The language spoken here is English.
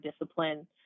discipline